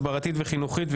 הסברתית וחינוכית,